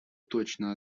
точно